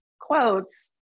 quotes